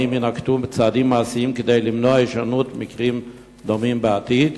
האם יינקטו צעדים מעשיים כדי למנוע הישנות מקרים דומים בעתיד?